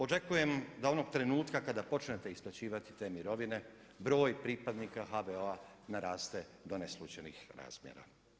Očekujem da onog trenutka kada počnete isplaćivati te mirovine broj pripadnika HVO-a naraste do neslućenih razmjera.